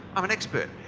i'm an expert.